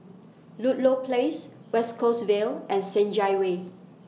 Ludlow Place West Coast Vale and Senja Way